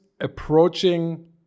approaching